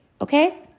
okay